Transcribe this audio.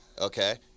Okay